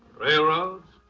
railroads?